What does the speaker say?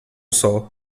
sol